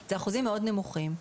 זה אחוזים מאוד נמוכים,